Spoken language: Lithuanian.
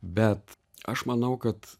bet aš manau kad